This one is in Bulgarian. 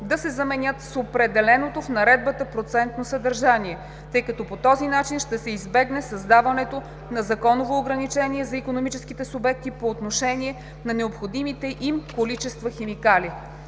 да се заменят с „определеното в наредбата процентно съдържание“, тъй като по този начин ще се избегне създаването на законово ограничение за икономическите субекти по отношение на необходимите им количества химикали.